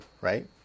right